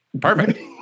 Perfect